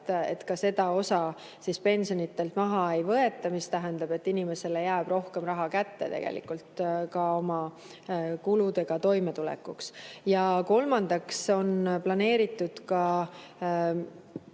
et ka seda osa pensionidelt maha ei võeta, mis tähendab, et inimesele jääb rohkem raha kätte, et oma kuludega toime tulla. Ja kolmandaks on planeeritud ka